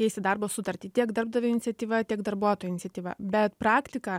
keisti darbo sutartį tiek darbdavio iniciatyva tiek darbuotojo iniciatyva bet praktika